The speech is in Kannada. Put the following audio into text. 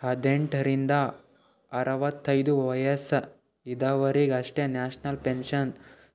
ಹದ್ನೆಂಟ್ ರಿಂದ ಅರವತ್ತೈದು ವಯಸ್ಸ ಇದವರಿಗ್ ಅಷ್ಟೇ ನ್ಯಾಷನಲ್ ಪೆನ್ಶನ್